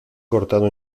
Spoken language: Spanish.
cortado